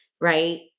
right